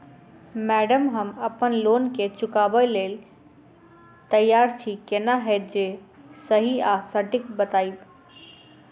Madam हम अप्पन loan केँ चुकाबऽ लैल तैयार छी केना हएत जे सही आ सटिक बताइब?